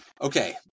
Okay